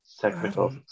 technical